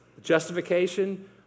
justification